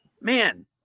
man